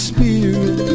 Spirit